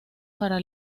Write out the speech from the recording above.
para